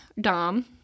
dom